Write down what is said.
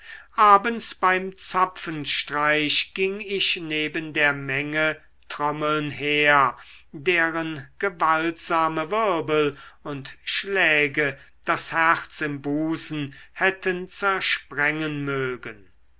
abends beim zapfenstreich ging ich neben der menge trommeln her deren gewaltsame wirbel und schläge das herz im busen hätten zersprengen mögen